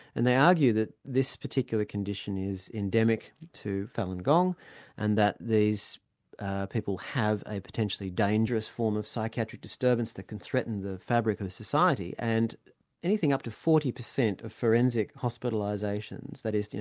and they argue that this particular condition is endemic to falun gong and that these people have a potentially dangerous form of psychiatric disturbance that can threaten the fabric of society, and anything up to forty percent of forensic hospitalisations, that is,